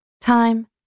Time